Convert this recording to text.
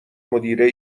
مدیره